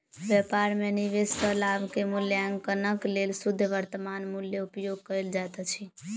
व्यापार में निवेश सॅ लाभ के मूल्याङकनक लेल शुद्ध वर्त्तमान मूल्य के उपयोग कयल जाइत अछि